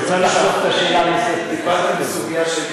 לא, זה היה נאום, זה לא היה שאלת הבהרה.